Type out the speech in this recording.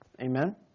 amen